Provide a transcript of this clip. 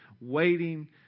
waiting